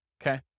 Okay